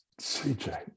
CJ